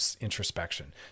introspection